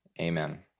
Amen